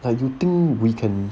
like you think we can